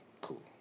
Cool